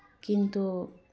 ᱠᱤᱱᱛᱩ